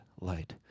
light